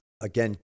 Again